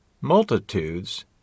multitudes